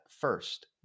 first